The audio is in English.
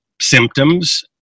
symptoms